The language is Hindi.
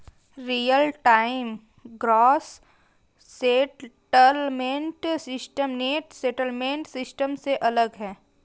real time gross settlement system net settlement system से अलग है